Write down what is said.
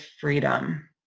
freedom